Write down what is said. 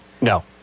No